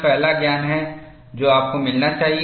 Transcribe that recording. यह पहला ज्ञान है जो आपको मिलना चाहिए